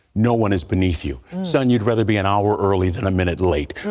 no one is beneath you. so and you'd rather be an hour early than a minute late.